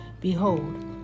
behold